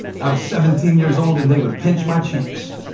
i was seventeen years old, and they would pinch my cheeks.